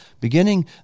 Beginning